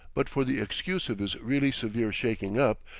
but for the excuse of his really severe shaking-up,